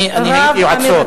אני הייתי יועצו.